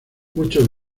muchos